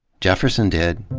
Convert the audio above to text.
jefferson did.